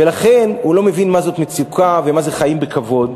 ולכן הוא לא מבין מה זאת מצוקה ומה זה חיים בלי כבוד.